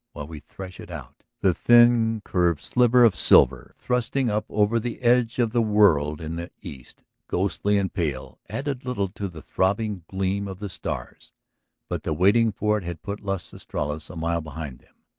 while we thresh it out. the thin curved sliver of silver thrusting up over the edge of the world in the east, ghostly and pale, added little to the throbbing gleam of the stars but the waiting for it had put las estrellas a mile behind them,